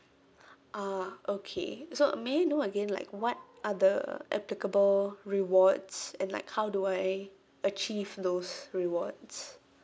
ah okay so may I know again like what are the applicable rewards and like how do I achieve those rewards